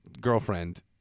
girlfriend